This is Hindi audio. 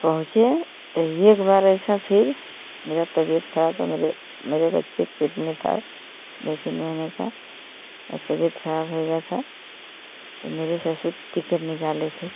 पहुचे तो एक बार ऐसा फिर मेरा तबीयत खराब था मेरे मेरे बच्चे पेट में था दो तीन महीने का मेरा तबीयत खराब होय गया था तो मेरे ससुर टिकट निकाले थे